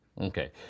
Okay